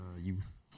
youth